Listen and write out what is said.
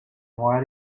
why